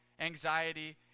anxiety